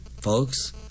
folks